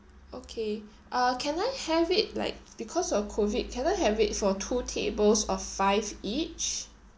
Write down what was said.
okay uh can I have it like because of COVID can I have it for two tables of five each